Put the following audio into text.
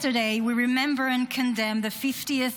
Yesterday we remembered and condemned the 50th